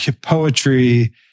poetry